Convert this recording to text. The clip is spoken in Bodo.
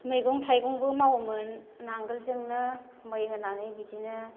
मैगं थाइगंबो मावोमोन नांगोलजोंनो मै होनानै बिदिनो